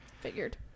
Figured